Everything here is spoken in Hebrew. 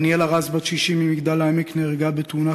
דניאלה רז בת 60 ממגדל-העמק נהרגה בתאונה